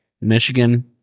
Michigan